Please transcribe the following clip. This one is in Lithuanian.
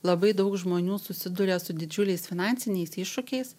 labai daug žmonių susiduria su didžiuliais finansiniais iššūkiais